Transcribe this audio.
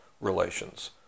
relations